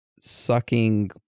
sucking